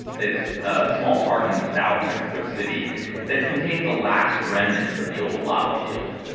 it's a small park in south mexico city that contains the last remnants of the old lava field.